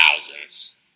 Thousands